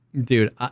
dude